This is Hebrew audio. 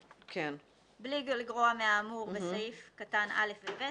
בלי לגרוע מהאמור בסעיף קטן (א) ו-(ב),